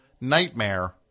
nightmare